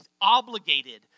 obligated